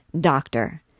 Doctor